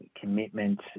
commitment